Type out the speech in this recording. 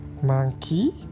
Monkey